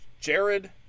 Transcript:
Jared